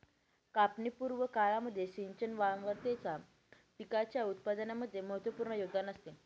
कापणी पूर्व काळामध्ये सिंचन वारंवारतेचा पिकाच्या उत्पादनामध्ये महत्त्वपूर्ण योगदान असते